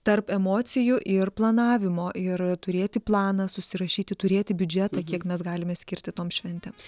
tarp emocijų ir planavimo ir turėti planą susirašyti turėti biudžetą kiek mes galime skirti tom šventėms